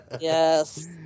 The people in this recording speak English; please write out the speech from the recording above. Yes